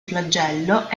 flagello